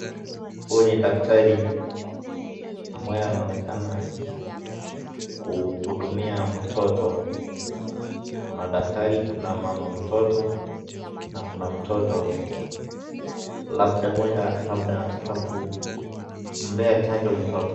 Huyu ni daktari ambaye anaonekana kuhudumia mtoto ,kuna daktari, kuna mama mtoto na kuna mtoto labda huenda labda anataka kumpea chanjo mtoto.